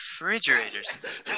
refrigerators